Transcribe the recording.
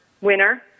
winner